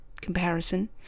comparison